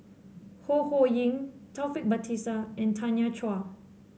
Ho Ho Ying Taufik Batisah and Tanya Chua